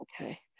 Okay